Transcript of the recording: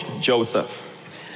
Joseph